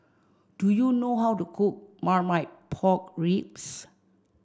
do you know how to cook Marmite Pork Ribs